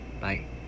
Bye